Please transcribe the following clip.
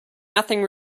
nothing